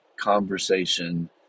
conversation